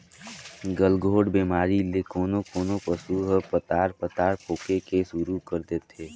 गलघोंटू बेमारी ले कोनों कोनों पसु ह पतार पतार पोके के सुरु कर देथे